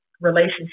relationship